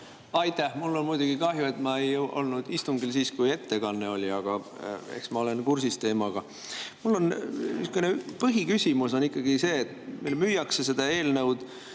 Aitäh! Mul on muidugi kahju, et ma ei olnud istungil siis, kui ettekanne oli, aga eks ma olen teemaga kursis. Mu põhiküsimus on ikkagi see. Meile müüakse seda eelnõu